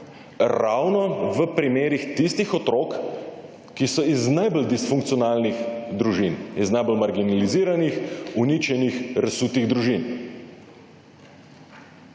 ravno v primerih tistih otrok, ki so iz najbolj disfunkcionalnih družin, iz najbolj marginaliziranih, uničenih, razsutih družin.